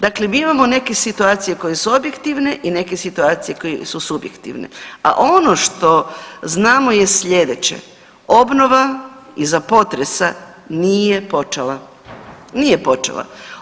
Dakle, mi imamo neke situacije koje su objektivne i neke situacije koje su subjektivne, a ono što znamo je sljedeće, obnova iza potresa nije počela, nije počela.